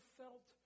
felt